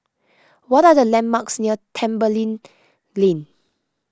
what are the landmarks near Tembeling Lane